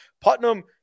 Putnam